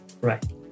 Right